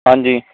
ਹਾਂਜੀ